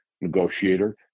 negotiator